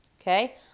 okay